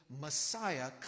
Messiah